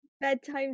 Bedtime